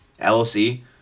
LLC